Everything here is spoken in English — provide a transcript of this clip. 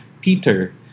Peter